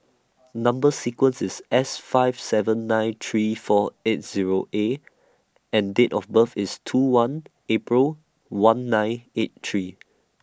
Number sequence IS S five seven nine three four eight Zero A and Date of birth IS two one April one nine eight three